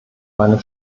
meiner